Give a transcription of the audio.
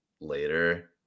later